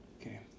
Okay